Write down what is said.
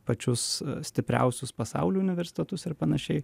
pačius stipriausius pasaulio universitetus ir panašiai